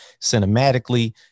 cinematically